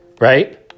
Right